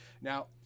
Now